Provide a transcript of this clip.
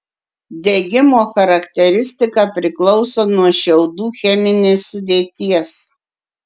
degimo charakteristika priklauso nuo šiaudų cheminės sudėties